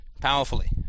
powerfully